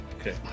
Okay